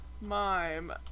mime